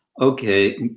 okay